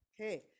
Okay